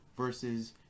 versus